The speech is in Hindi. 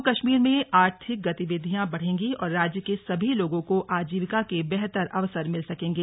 जम्मू कश्मीर में आर्थिक गतिविधियां बढ़ेंगी और राज्य के सभी लोगों को आजीविका के बेहतर अवसर मिल सकेंगे